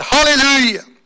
Hallelujah